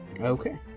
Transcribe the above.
Okay